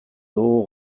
dugu